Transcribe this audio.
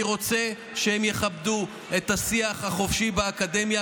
אני רוצה שהם יכבדו את השיח החופשי באקדמיה,